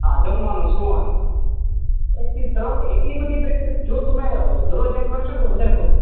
હાં જમવાનું શું આમ પ્રેક્ટિસ કરવા એટલી બધી પ્રેક્ટિસ જ તમે દરરોજ એમ કરશો તો વધારે